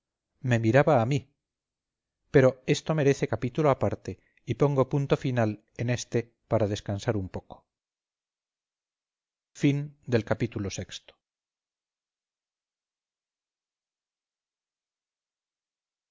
me miraba a mí pero esto merece capítulo aparte y pongo punto final en éste para descansar un poco ii